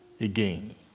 again